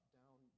down